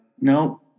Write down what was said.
no